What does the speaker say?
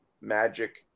magic